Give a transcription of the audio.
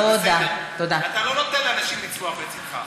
תוכל להגיע לכאן ולהביע את עמדתך.